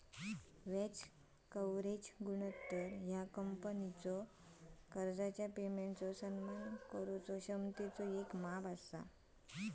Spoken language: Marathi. व्याज कव्हरेज गुणोत्तर ह्या कंपनीचा कर्जाच्या पेमेंटचो सन्मान करुचा क्षमतेचा येक माप असा